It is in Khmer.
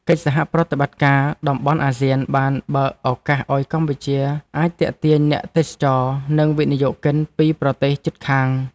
កិច្ចសហប្រតិបត្តិការតំបន់អាស៊ានបានបើកឱកាសឱ្យកម្ពុជាអាចទាក់ទាញអ្នកទេសចរ និងវិនិយោគិនពីប្រទេសជិតខាង។